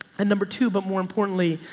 and number two, but more importantly,